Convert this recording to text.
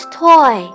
toy